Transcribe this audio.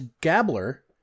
gabler